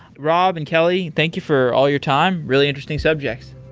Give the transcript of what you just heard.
rob and kelly, thank you for all your time. really interesting subjects.